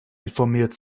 informiert